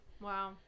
Wow